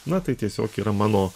na tai tiesiog yra mano